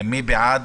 מי בעד?